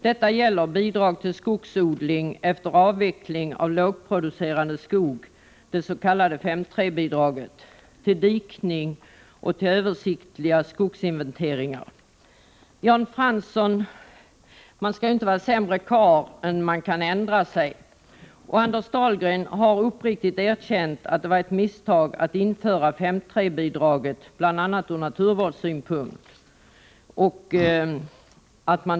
Detta gäller bidrag till skogsodling efter avveckling av lågproducerande skog, dets.k. 5:3-bidraget, till dikning och översiktliga skogsinventeringar. Man skall inte, Jan Fransson, vara sämre karl än att man kan ändra sig, och Anders Dahlgren har uppriktigt erkänt att det var ett misstag att införa 5:3-bidraget, bl.a. ur naturvårdssynpunkt.